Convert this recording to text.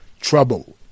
trouble